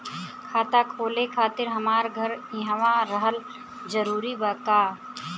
खाता खोले खातिर हमार घर इहवा रहल जरूरी बा का?